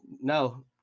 no